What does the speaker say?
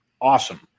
awesome